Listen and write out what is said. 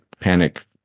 panic